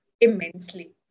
immensely